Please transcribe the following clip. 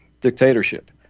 dictatorship